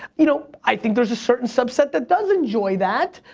you know, i think there's a certain subset that does enjoy that.